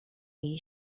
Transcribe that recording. jej